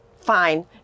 fine